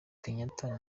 kenyatta